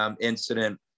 incident